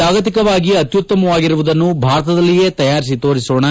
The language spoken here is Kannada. ಜಾಗತಿಕವಾಗಿ ಅತ್ಯುತ್ತಮವಾಗಿರುವುದನ್ನು ಭಾರತದಲ್ಲಿಯೇ ತಯಾರಿಸಿ ತೋರಿಸೋಣ